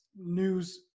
news